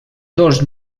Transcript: dos